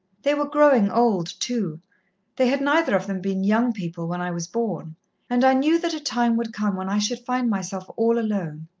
they were growing old, too they had neither of them been young people when i was born and i knew that a time would come when i should find myself all alone.